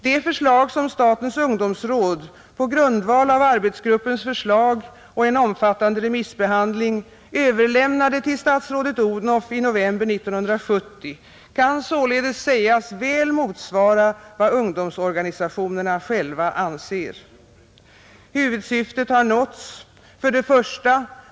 Det förslag som statens ungdomsråd på grundval av arbetsgruppens förslag och en omfattande remissbehandling överlämnade till statsrådet Odhnoff i november 1970 kan således sägas väl motsvara vad ungdomsorganisationerna själva anser. Huvudsyftet har nåtts: 1.